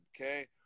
okay